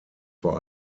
vor